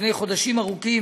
לפני חודשים ארוכים,